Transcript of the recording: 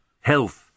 Health